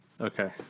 Okay